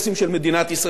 לא רק מבחינת הערוץ,